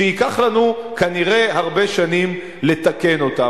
שייקח לנו כנראה הרבה שנים לתקן אותם.